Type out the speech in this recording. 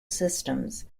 systems